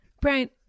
Brian